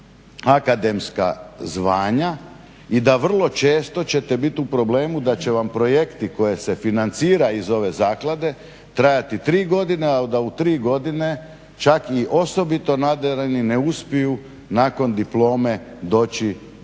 stjecali akademska zvanja i da vrlo često ćete biti u problemu da će vam projekti koje se financira iz ove zaklade trajati tri godine, ali da u tri godine čak i osobito nadareni ne uspiju nakon diplome doći